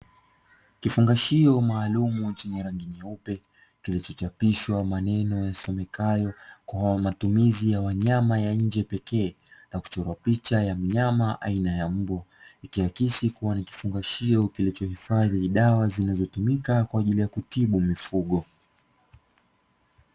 Kifungashio maalumu chenye rangi nyeupe, kilichochapishwa maneno yasomekayo kwa matumizi ya wanyama ya nje pekee, na kuchorwa picha ya mnyama aina ya Mbwa, ikiakisi kuwa ni kifungashio kilichohifadhi dawa zinazotumika kwa ajili ya kutibu mifugo.